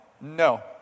No